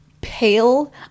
pale